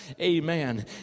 Amen